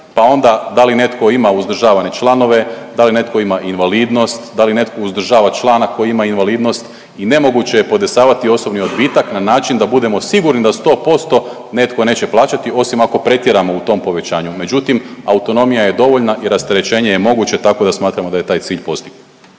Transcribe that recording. pa onda da li netko ima uzdržavane članove, da li netko ima invalidnost, da li netko uzdržava člana koji ima invalidnost i nemoguće je podesavati osobni odbitak na način da budemo sigurni da 100% netko neće plaćati osim ako pretjeramo u tom povećanju, međutim, autonomija je dovoljna i rasterećenje je moguće, tako da smatramo da je taj cilj postignut.